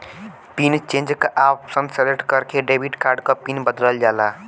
pin change क option select करके debit card क पिन बदलल जाला